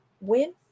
win